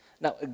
Now